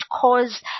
cause